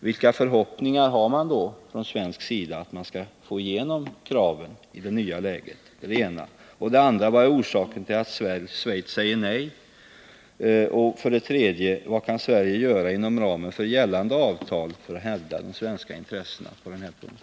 Vilka förhoppningar har man då från svensk sida på att kunna få igenom kraven i det nya läget? 2. Vad är orsaken till att Schweiz säger nej? 3. Vad kan Sverige inom ramen för gällande avtal göra för att hävda de svenska intressena på den här punkten?